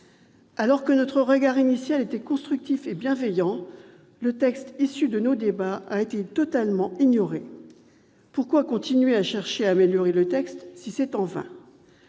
notre regard était constructif et bienveillant, le texte issu de nos débats a été totalement ignoré. Pourquoi continuer à chercher à améliorer le texte, si nos efforts